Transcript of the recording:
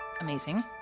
Amazing